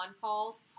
calls